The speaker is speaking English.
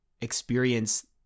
Experience